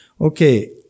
Okay